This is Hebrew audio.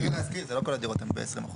בדירה להשכיר לא כל הדירות הן ב-20%.